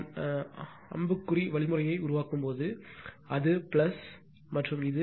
நாம் அம்பு வழிமுறையை உருவாக்கும்போது அது மற்றும் இது